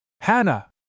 Hannah